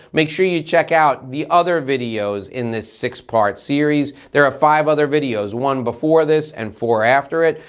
make sure you check out the other videos in this six-part series. there are five other videos. one before this, and four after it.